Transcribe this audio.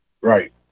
Right